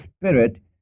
Spirit